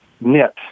knit